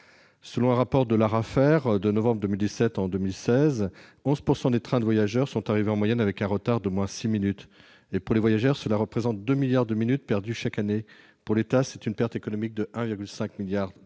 Selon un rapport de l'ARAFER de novembre 2017, en 2016, 11 % des trains des voyageurs sont arrivés en moyenne avec un retard d'au moins six minutes. Pour les voyageurs, cela représente 2 milliards de minutes perdues chaque année. Pour l'État, c'est une perte économique de 1,5 milliard d'euros